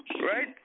Right